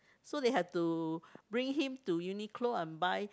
so they have to bring him to Uniqlo and buy